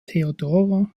theodora